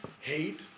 hate